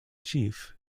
chief